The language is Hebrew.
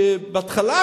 בהתחלה,